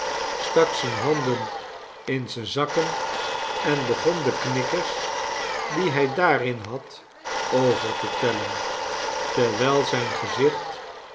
stak zijne handen in zijne zakken en begon de knikkers die hij daarin had over te tellen terwijl zijn gezicht